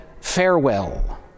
farewell